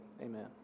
Amen